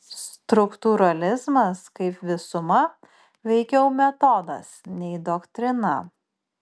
struktūralizmas kaip visuma veikiau metodas nei doktrina